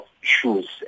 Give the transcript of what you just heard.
shoes